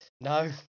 No